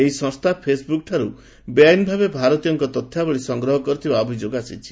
ଏହି ସଂସ୍ଥା ଫେସ୍ବୁକ୍ଠାରୁ ବେଆଇନ ଭାବେ ଭାରତୀୟଙ୍କ ତଥ୍ୟାବଳୀ ସଂଗ୍ରହ କରିଥିବା ଅଭିଯୋଗ ଆସିଛି